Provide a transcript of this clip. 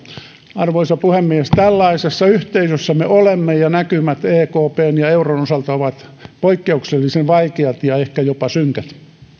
arvoisa puhemies tällaisessa yhteisössä me olemme ja näkymät ekpn ja euron osalta ovat poikkeuksellisen vaikeat ja ehkä jopa synkät